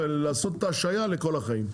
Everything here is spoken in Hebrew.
ולעשות את ההשהייה לכל החיים,